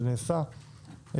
זה נעשה,